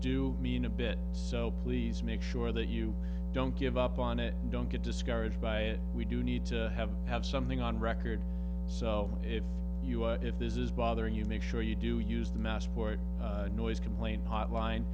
do mean a bit so please make sure that you don't give up on it don't get discouraged by it we do need to have have something on record so if you are if this is bothering you make sure you do use the massport noise complaint hotline